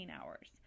hours